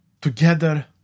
Together